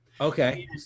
Okay